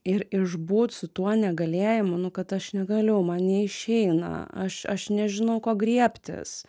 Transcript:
ir išbūt su tuo negalėjimu nu kad aš negaliu man neišeina aš aš nežinau ko griebtis